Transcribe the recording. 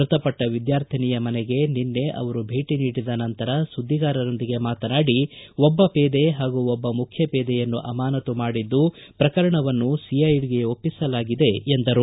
ಮೃತಪಟ್ಟ ವಿದ್ಯಾರ್ಥಿನಿಯ ಮನೆಗೆ ನಿನ್ನೆ ಅವರು ಭೇಟಿ ನೀಡಿದ ನಂತರ ಸುದ್ದಿಗಾರರೊಂದಿಗೆ ಮಾತನಾಡಿ ಒಬ್ಬ ಪೇದೆ ಹಾಗೂ ಒಬ್ಬ ಮುಖ್ಯಪೇದೆಯನ್ನು ಅಮಾನತು ಮಾಡಿದ್ದು ಪ್ರಕರಣವನ್ನು ಸಿಐಡಿಗೆ ಒಪ್ಪಿಸಲಾಗಿದೆ ಎಂದರು